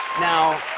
now,